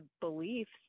beliefs